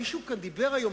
מישהו כאן דיבר היום,